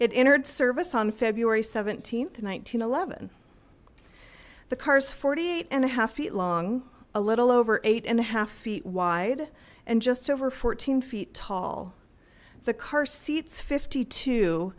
it entered service on feb seventeenth one thousand and eleven the car's forty eight and a half feet long a little over eight and a half feet wide and just over fourteen feet tall the car seats fifty two